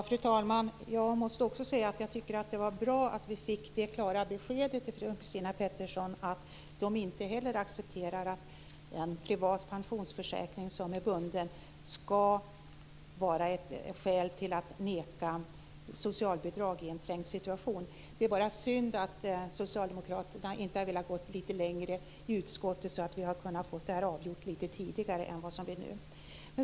Fru talman! Jag måste säga att jag också tycker att det var bra att vi fick det klara beskedet från Christina Pettersson att inte heller socialdemokraterna accepterar att en privat pensionsförsäkring som är bunden skall vara skäl till att neka socialbidrag i en trängd situation. Det är bara synd att socialdemokraterna inte har velat gå litet längre i utskottet så att vi hade kunnat få det här avgjort litet tidigare.